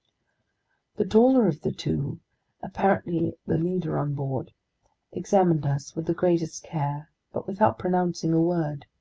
the taller of the two apparently the leader on board examined us with the greatest care but without pronouncing a word.